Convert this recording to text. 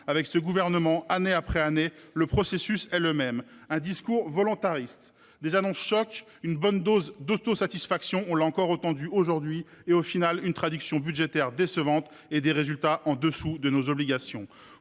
Avec ce Gouvernement, année après année, le processus reste le même : un discours volontariste, des annonces chocs, une bonne dose d’autosatisfaction – nous avons encore pu le constater aujourd’hui – et, pour finir, une traduction budgétaire décevante et des résultats en dessous de nos obligations.